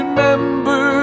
Remember